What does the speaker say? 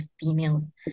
females